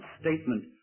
statement